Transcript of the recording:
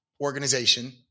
organization